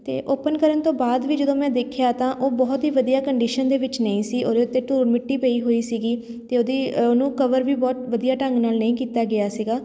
ਅਤੇ ਓਪਨ ਕਰਨ ਤੋਂ ਬਾਅਦ ਵੀ ਜਦੋਂ ਮੈਂ ਦੇਖਿਆ ਤਾਂ ਉਹ ਬਹੁਤ ਹੀ ਵਧੀਆ ਕੰਡੀਸ਼ਨ ਦੇ ਵਿੱਚ ਨਹੀਂ ਸੀ ਉਹਦੇ ਉੱਤੇ ਧੂੜ ਮਿੱਟੀ ਪਈ ਹੋਈ ਸੀਗੀ ਅਤੇ ਉਹਦੀ ਉਹਨੂੰ ਕਵਰ ਵੀ ਬਹੁਤ ਵਧੀਆ ਢੰਗ ਨਾਲ ਨਹੀਂ ਕੀਤਾ ਗਿਆ ਸੀਗਾ